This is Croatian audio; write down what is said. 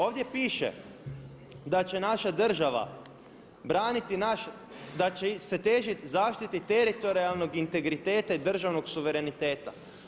Ovdje piše da će naša država braniti naš, da će se težiti zaštiti teritorijalnog integriteta i državnog suvereniteta.